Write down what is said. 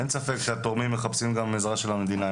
אין ספק שהתורמים מחפשים את התמיכה של המדינה.